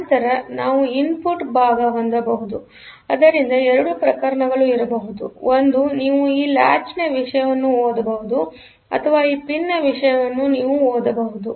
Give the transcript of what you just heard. ನಂತರ ನಾವು ಇನ್ಪುಟ್ ಭಾಗ ಹೊಂದಬಹುದುಆದ್ದರಿಂದ ಎರಡು ಪ್ರಕರಣಗಳು ಇರಬಹುದುಒಂದು ನೀವು ಈ ಲಾಚ್ನ ವಿಷಯವನ್ನು ಓದಬಹುದು ಅಥವಾ ಈ ಪಿನ್ನ ವಿಷಯವನ್ನು ನೀವು ಓದಬಹುದು